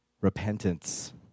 Repentance